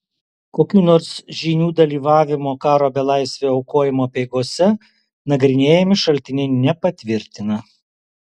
kokių nors žynių dalyvavimo karo belaisvio aukojimo apeigose nagrinėjami šaltiniai nepatvirtina